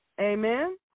Amen